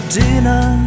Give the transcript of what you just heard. dinner